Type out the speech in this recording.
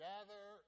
Gather